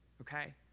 okay